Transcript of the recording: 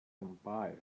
empire